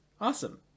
Awesome